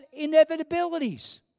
inevitabilities